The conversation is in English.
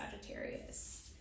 Sagittarius